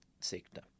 sector